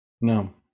No